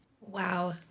Wow